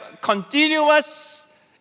continuous